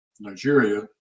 nigeria